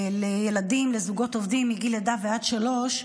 לילדים לזוגות עובדים מגיל לידה ועד שלוש,